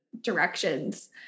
directions